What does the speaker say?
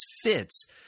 fits